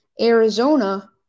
Arizona